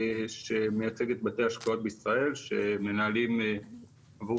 שמייצג את בתי ההשקעות בישראל שמנהלים עבור